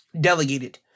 delegated